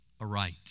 aright